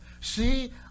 See